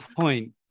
point